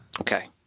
Okay